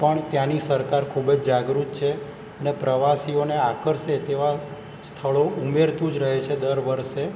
પણ ત્યાંની સરકાર ખૂબ જ જાગૃત છે અને પ્રવાસીઓને આકર્ષે તેવા સ્થળો ઉમેરતું જ રહે છે દર વરસે